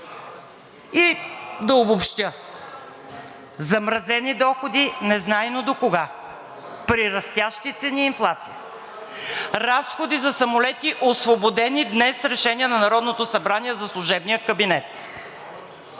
Да обобщя – замразени доходи, незнайно докога, при растящи цени и инфлация, разходи за самолети, освободени днес с решение на Народното събрание за служебния кабинет.